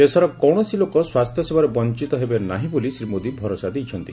ଦେଶର କୌଣସି ଲୋକ ସ୍ୱାସ୍ଥ୍ୟସେବାରୁ ବଞ୍ଚିତ ହେବେ ନାହିଁ ବୋଲି ଶ୍ରୀ ମୋଦୀ ଭରସା ଦେଇଛନ୍ତି